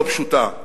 לא פשוטה: